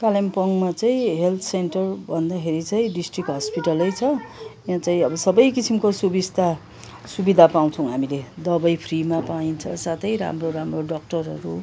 कालिम्पोङमा चाहिँ health centre भन्दाखेरि चाहिँ डिस्ट्रिक्ट हसपिटलै छ यहाँ चाहिँ अब सबै किसिमको सुबिस्ता सुविधा पाउछौँ हामीले दबाई फ्रीमा पाइन्छ साथै राम्रो राम्रो डक्टरहरू